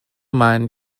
man